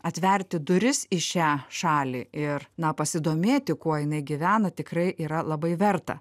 atverti duris į šią šalį ir na pasidomėti kuo jinai gyvena tikrai yra labai verta